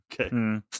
Okay